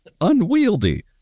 unwieldy